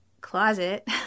closet